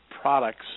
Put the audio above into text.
products